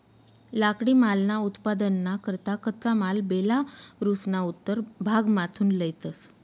लाकडीमालना उत्पादनना करता कच्चा माल बेलारुसना उत्तर भागमाथून लयतंस